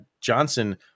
Johnson